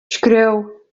skriuw